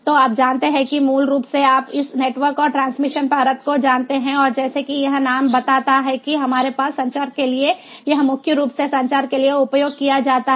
तो आप जानते हैं कि यह मूल रूप से आप इस नेटवर्क और ट्रांसमिशन परत को जानते हैं और जैसा कि यह नाम बताता है कि हमारे पास संचार के लिए है यह मुख्य रूप से संचार के लिए उपयोग किया जाता है